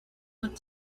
want